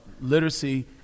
literacy